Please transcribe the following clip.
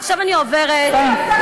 ועכשיו אני עוברת, מה נעשה?